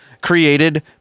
created